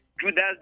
Judas